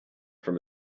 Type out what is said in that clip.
from